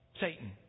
Satan